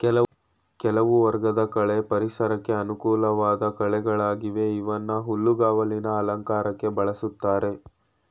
ಕೆಲವು ವರ್ಗದ ಕಳೆ ಪರಿಸರಕ್ಕೆ ಅನುಕೂಲ್ವಾಧ್ ಕಳೆಗಳಾಗಿವೆ ಇವನ್ನ ಹುಲ್ಲುಗಾವಲಿನ ಅಲಂಕಾರಕ್ಕೆ ಬಳುಸ್ತಾರೆ